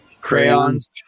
Crayons